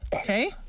Okay